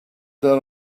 down